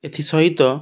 ଏଥି ସହିତ